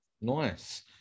Nice